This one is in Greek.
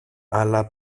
αλλά